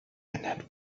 ernährt